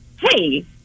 hey